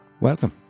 Welcome